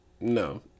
No